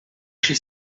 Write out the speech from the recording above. she